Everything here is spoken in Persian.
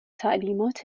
تعلیمات